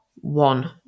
one